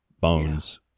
bones